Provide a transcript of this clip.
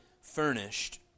furnished